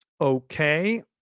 Okay